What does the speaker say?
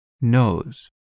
knows